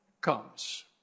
comes